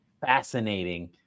fascinating